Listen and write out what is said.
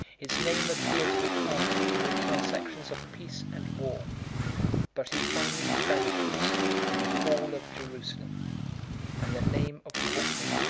his name appears with honor in the transactions of peace and war but he finally vanishes in the fall of jerusalem and the name of courtenay,